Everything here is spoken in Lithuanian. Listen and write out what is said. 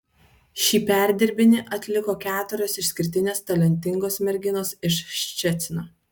šį perdirbinį atliko keturios išskirtinės talentingos merginos iš ščecino